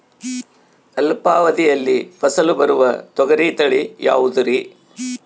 ಅಲ್ಪಾವಧಿಯಲ್ಲಿ ಫಸಲು ಬರುವ ತೊಗರಿ ತಳಿ ಯಾವುದುರಿ?